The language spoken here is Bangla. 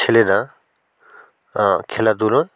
ছেলেরা খেলাধুলোর